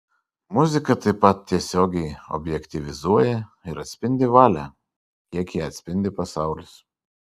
muzika taip pat tiesiogiai objektyvizuoja ir atspindi valią kiek ją atspindi pasaulis